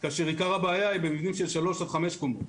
כאשר עיקר הבעיה היא במבנים של שלוש עד חמש קומות.